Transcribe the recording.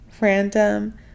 random